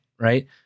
right